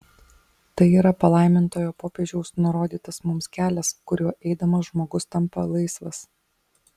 tai yra palaimintojo popiežiaus nurodytas mums kelias kuriuo eidamas žmogus tampa laisvas